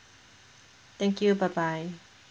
thank you bye bye